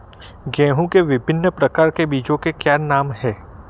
गेहूँ के विभिन्न प्रकार के बीजों के क्या नाम हैं?